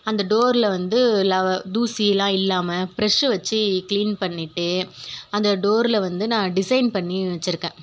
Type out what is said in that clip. அந்த டோரில் வந்து லவ தூசியெலாம் இல்லாமல் ப்ரஷ்ஷு வச்சி கிளீன் பண்ணிவிட்டு அந்த டோரில் வந்து நான் டிசைன் பண்ணி வச்சுருக்கேன்